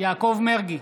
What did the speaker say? יעקב מרגי,